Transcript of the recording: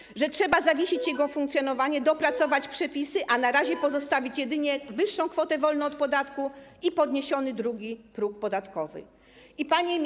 Mówili, że trzeba zawiesić jego funkcjonowanie, dopracować przepisy, a na razie pozostawić jedynie wyższą kwotę wolną od podatku i podniesiony drugi próg podatkowy.